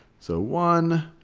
so one,